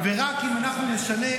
ורק אם אנחנו נשנה